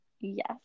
Yes